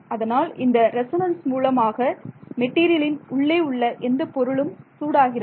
அதனால் இந்த ரெசோனன்ஸ் மூலமாக மெட்டீரியலின் உள்ளே உள்ள எந்த பொருளும் சூடாகிறது